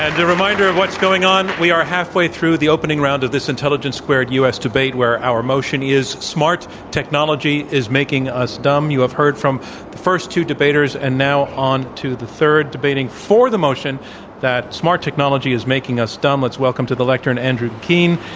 and a reminder of what's going on. we are halfway through the opening round of this intelligence squared u. s. debate where our motion is, smart technology is making us dumb. you have heard from the first two debaters and now on to the third. debating for the motion that smart technology is making us dumb. let's welcome to the lectern andrew keen.